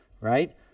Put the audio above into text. right